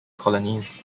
colonies